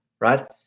Right